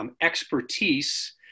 expertise